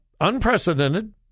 unprecedented